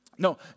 No